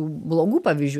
blogų pavyzdžių